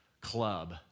club